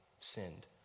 sinned